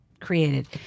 created